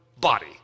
body